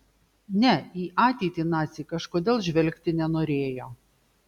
ne į ateitį naciai kažkodėl žvelgti nenorėjo